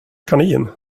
kanin